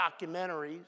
documentaries